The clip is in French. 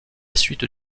suite